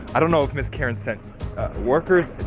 i don't know if miss karen sent workers,